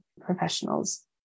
professionals